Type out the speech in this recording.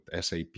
SAP